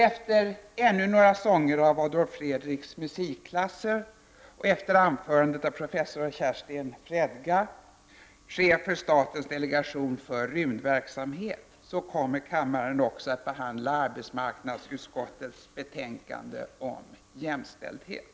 Efter ännu några sånger av Adolf Fredriks musikklasser, och efter anförandet av professor Kerstin Fredga, chef för statens delegation för rymdverksamhet, kommer kammaren också att behandla arbetsmarknadsutskottets betänkande om jämställdhet.